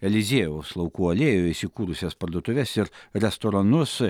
eliziejaus laukų alėjoje įsikūrusias parduotuves ir restoranus